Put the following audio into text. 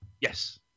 Yes